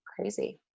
crazy